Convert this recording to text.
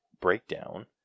breakdown